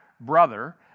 brother